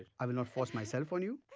i will not force myself on you.